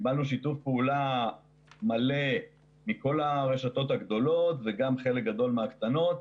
קיבלנו שיתוף פעולה מלא מכל הרשתות הגדולות וגם חלק גדול מהקטנות.